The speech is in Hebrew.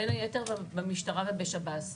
בין היתר במשטרה ובשב"ס.